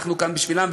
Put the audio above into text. אנחנו כאן בשבילם.